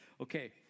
okay